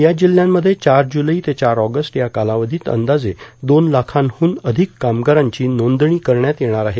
या जिल्ह्यांमध्ये चार जुलै ते चार ऑगस्ट या कालावधीत अंदाजे दोन लाखांदून अधिक कामगारांची नोंदणी करण्यात येणार आहे